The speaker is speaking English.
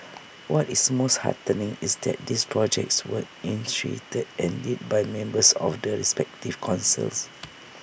what is most heartening is that these projects were initiated and led by members of the respective councils